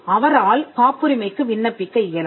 அவரால் காப்புரிமைக்கு விண்ணப்பிக்க இயலும்